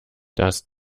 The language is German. das